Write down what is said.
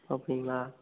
அப்படிங்களா